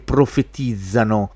profetizzano